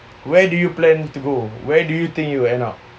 where do you plan to go where do you think you'll end up